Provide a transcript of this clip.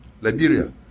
Liberia